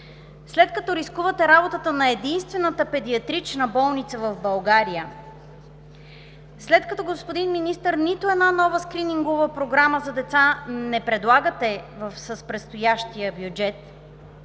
след като рискувате работата на единствената педиатрична болница в България; след като, господин Министър, нито една нова скринингова програма за деца не предлагате с настоящия бюджет;